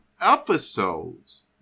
episodes